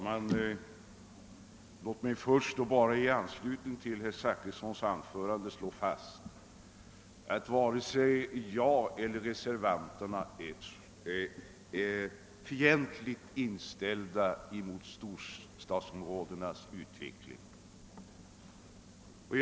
Herr talman! I anslutning till herr Zachrissons anförande vill jag slå fast att varken jag eller övriga reservanter är fientligt inställda till storstadsområdenas utveckling.